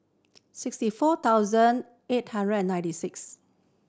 sixty four thousand eight hundred and ninety six